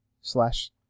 Slash